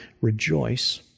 rejoice